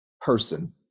person